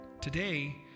Today